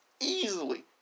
easily